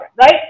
Right